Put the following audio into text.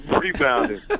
rebounding